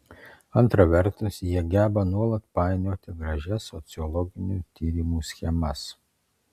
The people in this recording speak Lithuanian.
antra vertus jie geba nuolat painioti gražias sociologinių tyrimų schemas